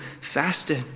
fasted